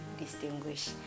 distinguish